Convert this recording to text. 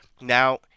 now